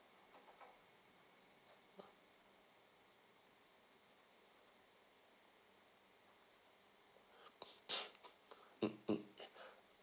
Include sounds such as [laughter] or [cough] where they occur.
[breath] mm mm